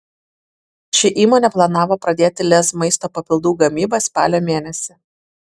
ši įmonė planavo pradėti lez maisto papildų gamybą spalio mėnesį